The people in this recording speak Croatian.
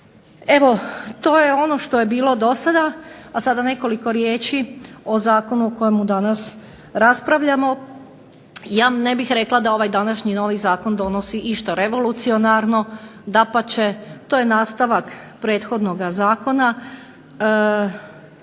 Evo, to je ono što je bilo do sada, a sada nekoliko riječi o zakonu o kojemu danas raspravljamo. Ja ne bih rekla da ovaj današnji novi Zakon donosi išta revolucionarno, dapače to je nastavak prethodnoga Zakona.